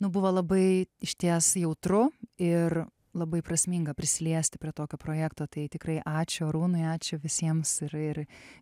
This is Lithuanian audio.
nu buvo labai išties jautru ir labai prasminga prisiliesti prie tokio projekto tai tikrai ačiū arūnui ačiū visiems yra ir